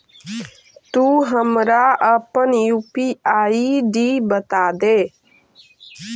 तु हमरा अपन यू.पी.आई आई.डी बतादे